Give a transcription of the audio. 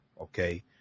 Okay